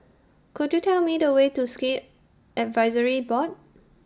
Could YOU Tell Me The Way to Sikh Advisory Board